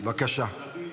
בבקשה.